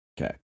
Okay